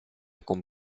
con